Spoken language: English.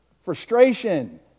frustration